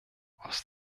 aus